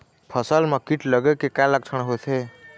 फसल म कीट लगे के का लक्षण होथे?